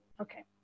Okay